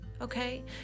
okay